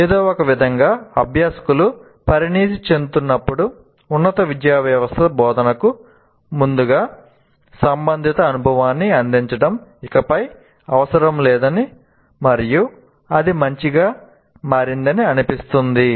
ఏదో ఒకవిధంగా అభ్యాసకులు పరిణితి చెందుతున్నప్పుడు ఉన్నత విద్యావ్యవస్థ బోధనకు ముందు సంబంధిత అనుభవాన్ని అందించడం ఇకపై అవసరం లేదని మరియు అది మంచిగా మారిందని అనిపిస్తుంది